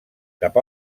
cap